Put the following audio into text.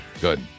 Good